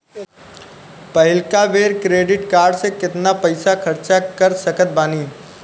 पहिलका बेर credit card से केतना पईसा खर्चा कर सकत बानी?